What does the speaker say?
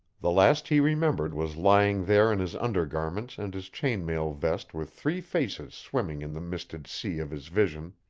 the last he remembered was lying there in his under garments and his chain-mail vest with three faces swimming in the misted sea of his vision,